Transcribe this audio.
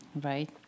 right